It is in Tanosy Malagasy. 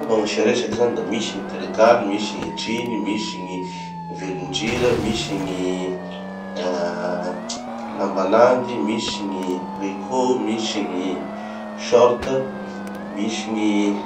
lamba gn'asia resaky zany da: misy gny tergaly, misy gny jeans, misy gny velon-drira, misy gny ah lamba landy, misy gny tricot, misy gny short, misy gny.